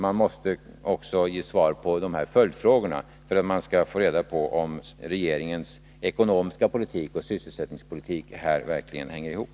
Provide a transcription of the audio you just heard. Man måste också ge ett svar på dessa följdfrågor för att vi skall få reda på om regeringens ekonomiska politik och sysselsättningspolitik här verkligen hänger ihop.